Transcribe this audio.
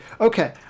okay